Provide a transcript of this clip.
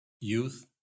youth